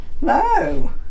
No